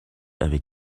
avec